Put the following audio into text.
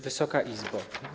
Wysoka Izbo!